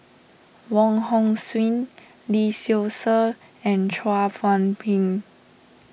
Wong Hong Suen Lee Seow Ser and Chua Phung Kim